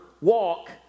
walk